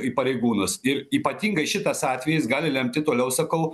į pareigūnus ir ypatingai šitas atvejis gali lemti toliau sakau